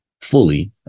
fully